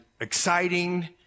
exciting